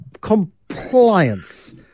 compliance